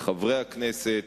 לחברי הכנסת,